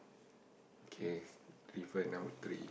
okay different number three